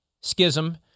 schism